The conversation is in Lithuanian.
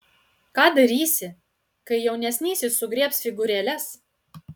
ką darysi kai jaunesnysis sugriebs figūrėles